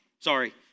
Sorry